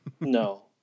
No